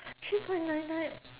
three point nine nine